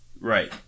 Right